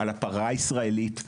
על הפרה הישראלית,